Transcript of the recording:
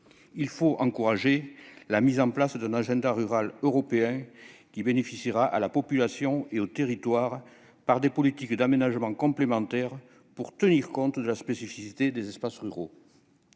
Il faut encourager la mise en place d'un agenda rural européen, qui profitera à la population et aux territoires par des politiques d'aménagement complémentaires, pour tenir compte de la spécificité des espaces ruraux.